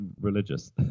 religious